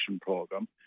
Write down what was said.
program